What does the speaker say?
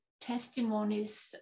testimonies